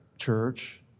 church